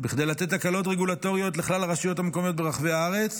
בכדי לתת הקלות רגולטוריות לכלל הרשויות המקומיות ברחבי הארץ